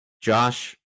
Josh